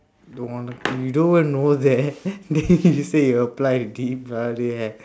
don't you don't even know that then you said you apply earlier